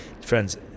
friends